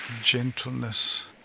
gentleness